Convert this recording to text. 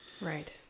right